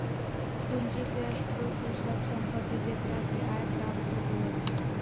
पूंजी के स्रोत उ सब संपत्ति जेकरा से आय प्राप्त होबो हइ